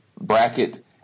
bracket